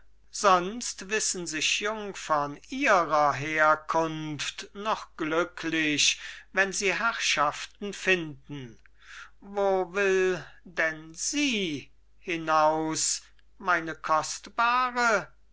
sonst wissen sich jungfern ihrer herkunft noch glücklich wenn sie herrschaften finden wo will denn sie hinaus meine